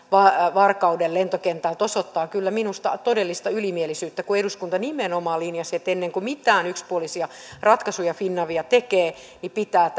varkauden lentokentältä osoittavat kyllä minusta todellista ylimielisyyttä kun eduskunta nimenomaan linjasi että ennen kuin mitään yksipuolisia ratkaisuja finavia tekee niin pitää